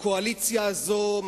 הקואליציה הזו,